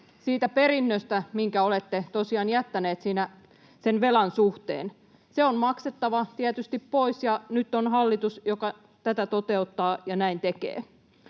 siitä perinnöstä, minkä olette tosiaan jättäneet velan suhteen. Se on maksettava tietysti pois, ja nyt on hallitus, joka tätä toteuttaa ja näin tekee.